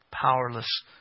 Powerless